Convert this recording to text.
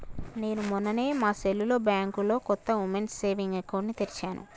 నేను మొన్ననే మా సెల్లుతో బ్యాంకులో కొత్త ఉమెన్స్ సేవింగ్స్ అకౌంట్ ని తెరిచాను